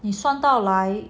你算到来